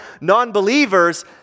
non-believers